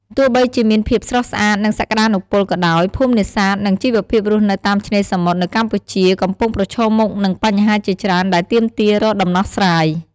ទោះបីជាមានភាពស្រស់ស្អាត និងសក្តានុពលក៏ដោយ ភូមិនេសាទ និងជីវភាពរស់នៅតាមឆ្នេរសមុទ្រនៅកម្ពុជាកំពុងប្រឈមមុខនឹងបញ្ហាជាច្រើនដែលទាមទាររកដំណោះស្រាយ។